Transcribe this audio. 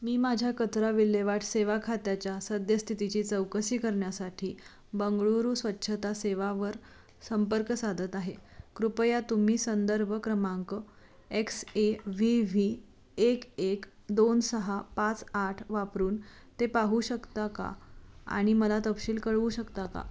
मी माझ्या कचरा विल्हेवाट सेवा खात्याच्या सद्यस्थितीची चौकशी करण्यासाठी बंगळुरू स्वच्छता सेवावर संपर्क साधत आहे कृपया तुम्ही संदर्भ क्रमांक एक्स ए व्ही व्ही एक एक एक दोन सहा पाच आठ वापरून ते पाहू शकता का आणि मला तपशील कळवू शकता का